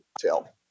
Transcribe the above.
tell